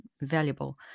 valuable